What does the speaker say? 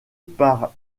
par